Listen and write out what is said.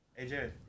AJ